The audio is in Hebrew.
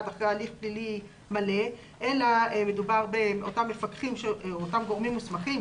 אחרי הליך פלילי מלא אלא מדובר באותם גורמים מוסמכים,